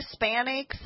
Hispanics